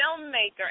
filmmaker